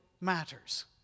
matters